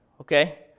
okay